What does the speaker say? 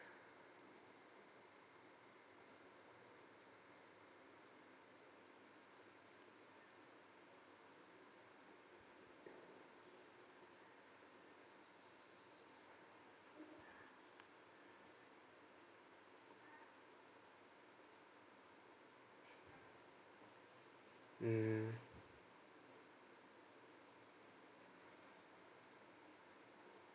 mm